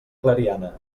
clariana